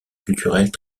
culturelle